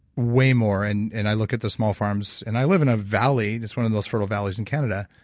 way more. and and i look at the small farms, and i live in a valley. it's one of those fertile valleys in canada,